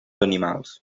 animals